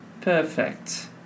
Perfect